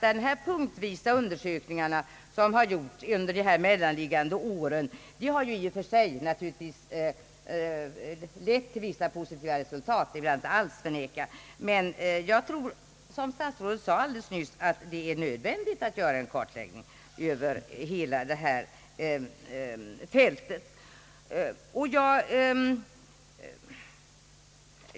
De undersökningar som punktvis gjorts under de mellanliggande åren har naturligtvis i och för sig lett till vissa positiva resultat, det vill jag inte förneka. Men jag tror att det — som statsrådet nyss sade — är nödvändigt att göra en kartläggning över hela fältet.